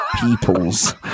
people's